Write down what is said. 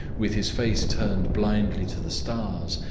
with his face turned blindly to the stars,